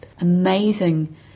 amazing